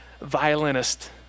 violinist